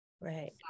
right